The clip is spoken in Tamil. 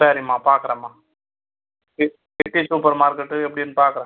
சரிம்மா பார்க்குறேம்மா இ சிட்டி சூப்பர் மார்கெட்டு எப்படின்னு பார்க்குறேன்